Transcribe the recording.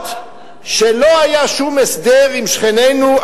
אף-על-פי שלא היה שום הסדר עם שכנינו,